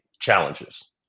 challenges